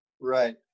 Right